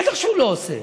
בטח שהוא לא עושה.